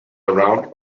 around